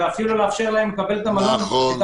ואפילו לאפשר להם לקבל את האוכל